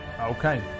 Okay